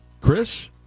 Chris